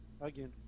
again